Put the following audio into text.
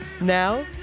Now